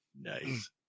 Nice